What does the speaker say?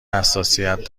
حساسیت